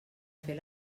fer